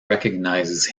recognizes